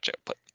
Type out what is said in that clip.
output